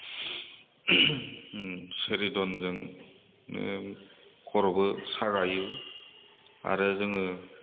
सेरिड'नजोंनो खर'बो सागायो आरो जोङो